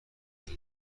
دارن